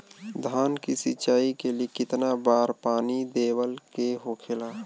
धान की सिंचाई के लिए कितना बार पानी देवल के होखेला?